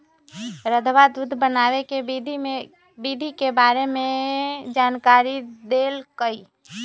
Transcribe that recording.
रधवा दूध बनावे के विधि के बारे में जानकारी देलकई